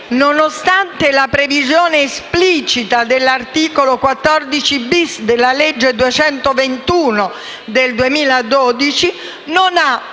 nonostante la previsione esplicita dell'articolo 14*-bis* della legge n. 221 del 2012, non ha